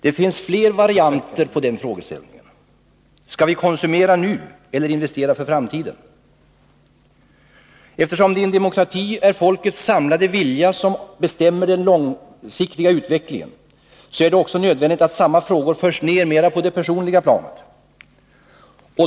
Det finns fler varianter på den frågeställningen. Skall vi konsumera nu eller investera för framtiden? Eftersom det i en demokrati är folkets samlade vilja som bestämmer den långsiktiga utvecklingen, är det också nödvändigt att samma frågor förs ner mera på det personliga planet.